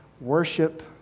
worship